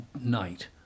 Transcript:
night